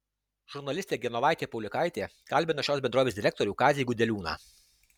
žurnalistė genovaitė paulikaitė kalbina šios bendrovės direktorių kazį gudeliūną